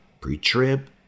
pre-trib